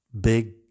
big